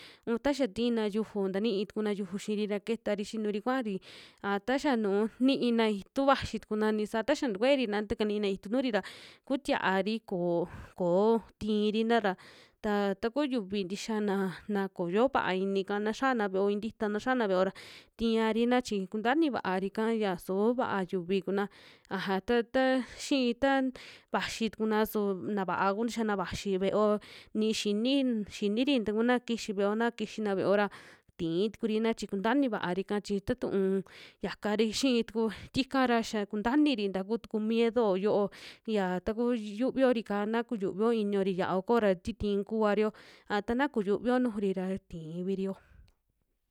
Un taxa rina yuju ntanii tukuna yuju xiri ra ketari xinuri kuaari, a taxa nuu niina itu vaxi tukuna ni saa taxa tukueri na takanina itu nujuri ra kutiaari koo, koo tiirina ra, ta taku yuvi tixa naa, naa koyo vaa inika na xiana veo i'in tita na xiana ve'eo ra tiiari'na chi kuntaa ini vaa'ri ika ya soo va'a yuvi kuna, aja tu ta xii ta vaxi tukuna su na vaa kuntixiana vaxi ve'eo, ni xini'ri takuna kixi ve'eo, na kixina ve'eo ra tii tukurina chi kunta ini vaari'ka chi tantuu yakari xii tuku tika'ra xia kunta iniri taa kutuku miedo'o yo'o ñia taku yuviori'ka na kuyuvio iniori xiao koo'ra ti tii kuvario, a ta na kuyuvio nujuri ra tivi'riyo.